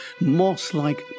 moss-like